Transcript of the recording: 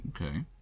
Okay